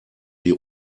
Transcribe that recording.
die